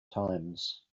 times